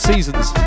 Seasons